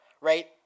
right